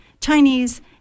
Chinese